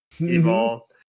evil